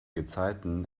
gezeiten